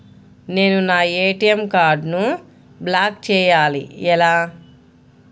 నేను నా ఏ.టీ.ఎం కార్డ్ను బ్లాక్ చేయాలి ఎలా?